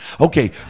Okay